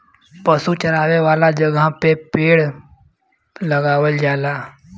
पशु चरावे वाला जगह पे पेड़ लगावल जाला